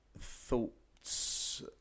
thoughts